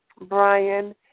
Brian